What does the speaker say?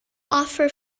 offer